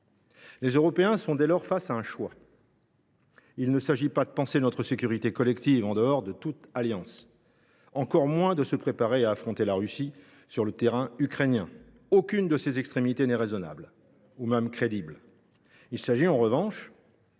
Les Européens sont dès lors face à un choix. Il ne s’agit pas de penser notre sécurité collective en dehors de toute alliance ni, encore moins, de se préparer à affronter la Russie sur le terrain ukrainien. Aucune de ces extrémités n’est raisonnable ni même crédible. Il importe en revanche